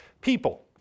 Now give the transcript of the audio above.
people